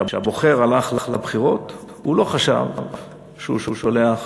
כשהבוחר הלך לבחירות הוא לא חשב שהוא שולח